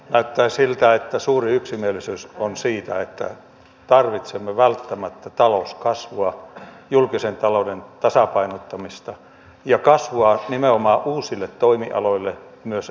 näyttää siltä että suuri yksimielisyys on siitä että tarvitsemme välttämättä talouskasvua julkisen talouden tasapainottamista ja kasvua nimenomaan uusille toimialoille myös entisille